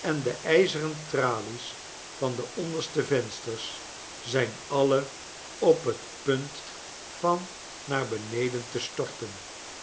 en de ijzeren tralies van de onderste vensters zijn alle op het punt van naar beneden te storten